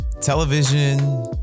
television